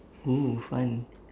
oo fun